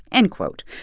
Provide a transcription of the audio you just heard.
end quote.